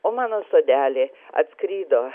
o mano sodely atskrido